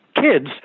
kids